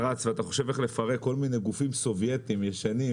רץ ואתה חושב איך לפרק כל מיני גופים סובייטים ישנים,